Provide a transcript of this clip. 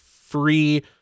free